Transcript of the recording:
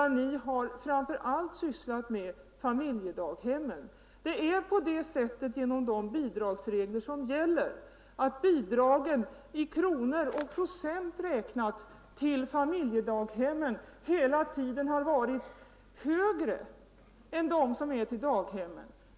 Ni har framför allt sysslat med familjedaghemmen. På grund av de bidragsregler som gäller har bidragen, i kronor och procent räknat, till familjedaghemmen hela tiden varit högre än bidragen till daghemmen.